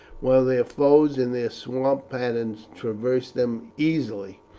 while their foes in their swamp pattens traversed them easily,